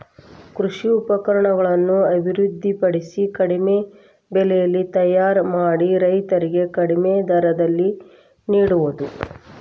ಕೃಷಿ ಉಪಕರಣಗಳನ್ನು ಅಭಿವೃದ್ಧಿ ಪಡಿಸಿ ಕಡಿಮೆ ಬೆಲೆಯಲ್ಲಿ ತಯಾರ ಮಾಡಿ ರೈತರಿಗೆ ಕಡಿಮೆ ದರದಲ್ಲಿ ನಿಡುವುದು